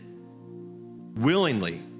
willingly